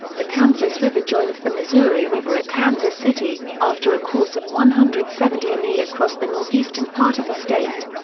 the kansas river joins the missouri river at kansas city, after a course of one hundred and seventy mi across the northeastern part of the state.